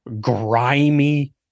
grimy